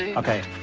okay.